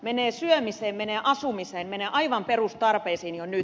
menee syömiseen menee asumiseen menee aivan perustarpeisiin jo nyt